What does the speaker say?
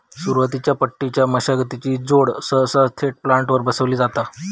सुरुवातीच्या पट्टीच्या मशागतीची जोड सहसा थेट प्लांटरवर बसवली जाता